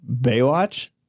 Baywatch